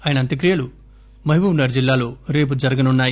ఆయన అంత్యక్రియలు మహబూబ్ నగర్ జిల్లాలో రేపు జరుగనున్నాయి